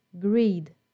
greed